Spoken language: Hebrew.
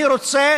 אני רוצה